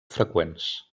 freqüents